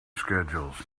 schedules